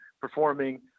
performing